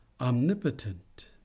omnipotent